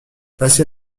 passé